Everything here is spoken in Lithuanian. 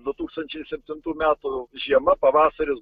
du tūkstančiai septinų metų žiema pavasaris